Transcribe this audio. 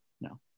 no